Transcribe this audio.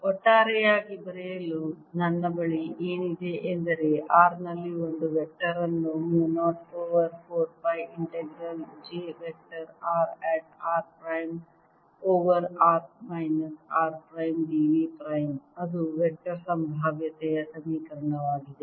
ಒಟ್ಟಾರೆಯಾಗಿ ಬರೆಯಲು ನನ್ನ ಬಳಿ ಏನಿದೆ ಎಂದರೆ r ನಲ್ಲಿ ಒಂದು ವೆಕ್ಟರ್ ಅನ್ನು mu 0 over 4 pi integral j vector r at r prime over r minus r prime d v prime ಅದು ವೆಕ್ಟರ್ ಸಂಭಾವ್ಯತೆಯ ಸಮೀಕರಣವಾಗಿದೆ